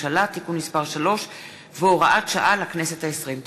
הממשלה (תיקון מס' 3 והוראת שעה לכנסת ה-20).